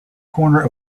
corner